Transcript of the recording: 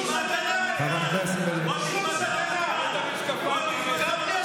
שום סכנה אין, שום סכנה אין.